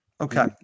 Okay